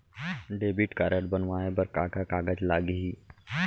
Debit card बनवाये बर का का कागज लागही?